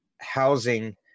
housing